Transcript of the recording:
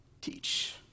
teach